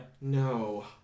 No